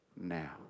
now